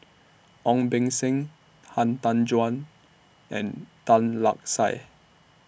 Ong Beng Seng Han Tan Juan and Tan Lark Sye